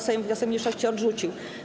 Sejm wniosek mniejszości odrzucił.